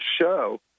show